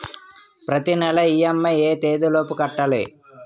ప్రతినెల ఇ.ఎం.ఐ ఎ తేదీ లోపు కట్టాలి?